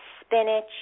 Spinach